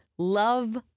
love